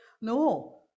No